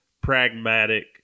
pragmatic